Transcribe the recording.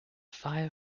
fire